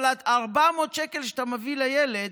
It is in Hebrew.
אבל 400 שקלים שאתה מביא לילד,